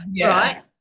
right